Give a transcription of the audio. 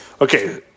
okay